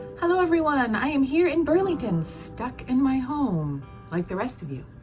hello everyone, and i am here in burlington, stuck in my home like the rest of you.